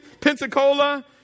Pensacola